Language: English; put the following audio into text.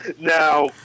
Now